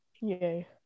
Yay